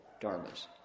dharmas